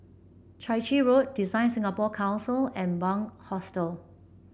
Chai Chee Road Design Singapore Council and Bunc Hostel